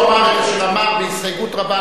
הוא אמר את אשר אמר בהסתייגות רבה,